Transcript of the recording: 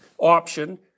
option